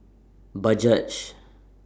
Bajaj